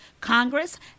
Congress